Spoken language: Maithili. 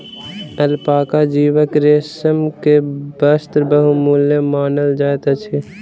अलपाका जीवक रेशम के वस्त्र बहुमूल्य मानल जाइत अछि